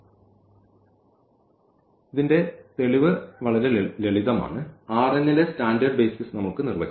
അതിനാൽ ഇവിടെ തെളിവ് വളരെ ലളിതമാണ് ലെ സ്റ്റാൻഡേർഡ് ബേസിസ് നമുക്ക് നിർവചിക്കാം